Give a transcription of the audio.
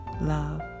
love